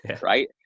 right